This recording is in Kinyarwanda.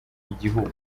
igihugu